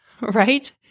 right